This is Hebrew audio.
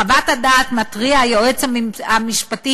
בחוות הדעת מתריע היועץ המשפטי,